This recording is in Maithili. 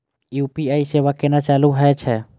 यू.पी.आई सेवा केना चालू है छै?